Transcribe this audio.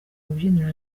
rubyiniro